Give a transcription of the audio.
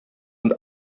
und